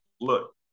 look